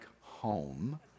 home